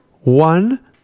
one